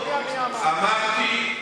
אמרתי,